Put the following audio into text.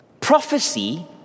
Prophecy